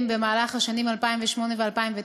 בשיפוץ המקום במהלך השנים 2008 ו-2009,